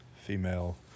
female